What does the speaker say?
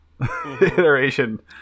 iteration